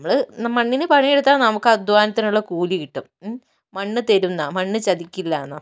നമ്മള് മണ്ണിനു പണിയെടുത്താൽ നമുക്ക് അധ്വാനത്തിനുള്ള കൂലി കിട്ടും മണ്ണ് തരുന്ന മണ്ണ് ചതിക്കില്ലെന്നാണ്